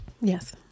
Yes